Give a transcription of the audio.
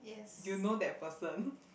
you know that person